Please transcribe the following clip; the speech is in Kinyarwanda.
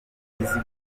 eazzy